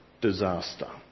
Disaster